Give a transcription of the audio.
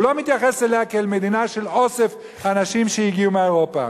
הוא לא מתייחס אליה כמדינה של אוסף אנשים שהגיעו מאירופה.